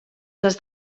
les